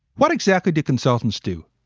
what exactly do consultants do?